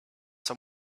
been